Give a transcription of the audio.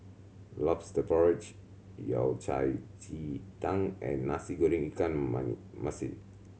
Lobster Porridge Yao Cai ji tang and Nasi Goreng ikan masin